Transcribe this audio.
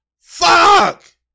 Fuck